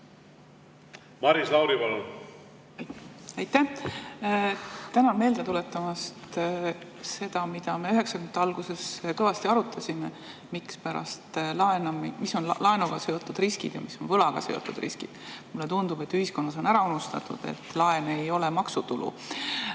Maris Lauri, palun! Aitäh! Tänan meelde tuletamast seda, mida me üheksakümnendate alguses kõvasti arutasime: mis on laenuga seotud riskid ja mis on võlaga seotud riskid. Mulle tundub, et ühiskonnas on ära unustatud, et laen ei ole maksutulu,